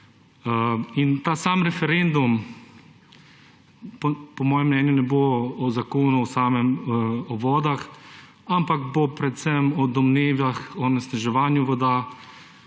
Ta sam referendum po mojem mnenju ne bo o samem Zakonu o vodah, ampak bo predvsem o domnevah o onesnaževanju voda,